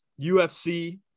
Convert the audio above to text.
UFC